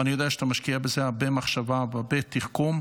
ואני יודע שאתה משקיע בזה הרבה מחשבה והרבה תחכום.